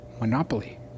Monopoly